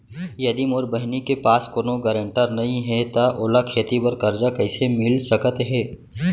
यदि मोर बहिनी के पास कोनो गरेंटेटर नई हे त ओला खेती बर कर्जा कईसे मिल सकत हे?